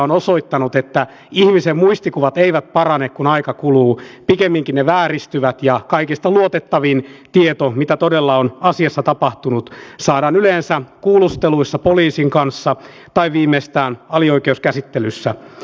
totean sen että vaikka me täällä tekisimme minkälaisia päätöksiä kuntatalouden puolesta ja palveluitten puolesta niin siitä huolimatta ne isot perusratkaisut aina tehdään jokaisessa kunnassa